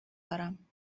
دارم